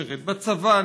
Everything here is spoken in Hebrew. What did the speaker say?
שירת בצבא,